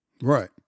Right